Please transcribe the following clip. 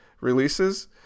releases